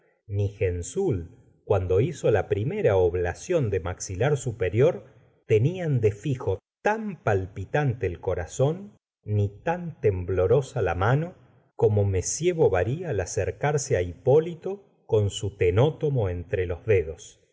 ni gensoul cuando hizo la primera oblación de maxilar superior tenían de fi jo tan palpitante el corazón ni tan temblona la mano como m bovary al acercarse á hipólito con su tenotom o entre los dedos